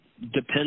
depends